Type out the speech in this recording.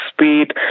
speed